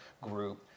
group